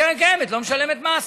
קרן קיימת לא משלמת מס.